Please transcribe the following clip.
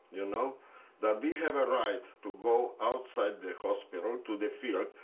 you know that we have a right to go outside the hospital, to the field,